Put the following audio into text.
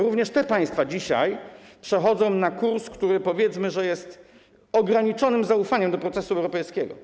Również te państwa dzisiaj przechodzą na kurs, który, powiedzmy, nazwałbym ograniczonym zaufaniem do procesu europejskiego.